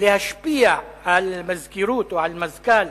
להשפיע על מזכירות או על מזכ"ל